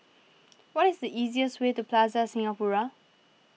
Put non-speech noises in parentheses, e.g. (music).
(noise) what is the easiest way to Plaza Singapura